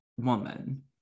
woman